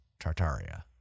tartaria